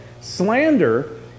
slander